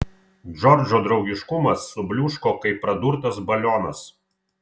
džordžo draugiškumas subliūško kaip pradurtas balionas